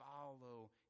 follow